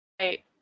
Right